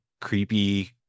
creepy